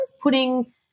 Putting